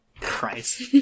Christ